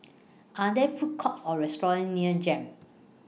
Are There Food Courts Or restaurants near Jem